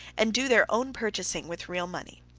and do their own purchasing with real money.